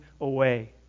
away